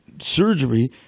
surgery